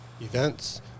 events